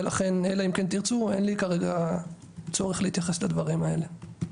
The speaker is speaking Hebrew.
ולכן אלא אם כן תרצו אין לי כרגע צורך להתייחס לדברים האלה.